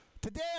today